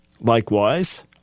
likewise